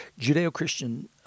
Judeo-Christian